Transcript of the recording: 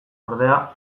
ordea